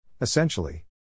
Essentially